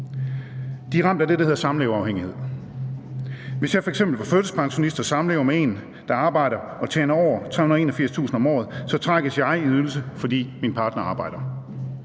De er ramt af det, der hedder samleverafhængighed. Hvis jeg f.eks. var førtidspensionist og samlever med en, der arbejder og tjener over 381.000 kr. om året, så trækkes jeg i ydelse, fordi min partner arbejder.